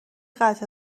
قطع